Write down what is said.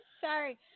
Sorry